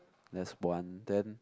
that's one then